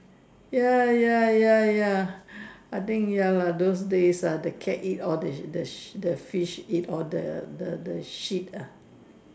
ya ya ya ya I think ya lah those days ah the cat eat all the the the fish eat all the the the shit ah